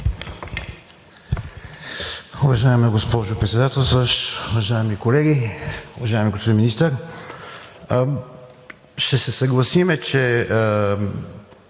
Уважаема госпожо Председателстващ, уважаеми колеги! Уважаеми господин Министър, ще се съгласим, че